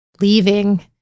leaving